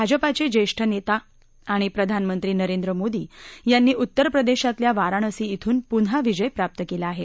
भाजपाचे ज्येष्ठ नेता आणि प्रधानमंत्री नरेंद्र मोदी यांनी उत्तरप्रदेशातल्या वाराणसी िश्वेन पुन्हा विजय प्राप्त केला आहे